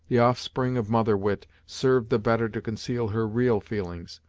the offspring of mother-wit, served the better to conceal her real feelings,